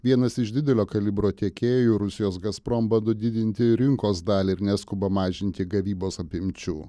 vienas iš didelio kalibro tiekėjų rusijos gazprom bando didinti rinkos dalį ir neskuba mažinti gavybos apimčių